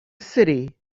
city